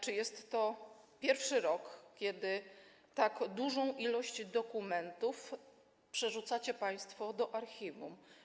Czy jest to pierwszy rok, kiedy tak dużą ilość dokumentów przerzucacie państwo do archiwum?